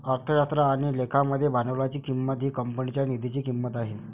अर्थशास्त्र आणि लेखा मध्ये भांडवलाची किंमत ही कंपनीच्या निधीची किंमत आहे